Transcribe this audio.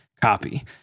copy